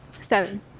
Seven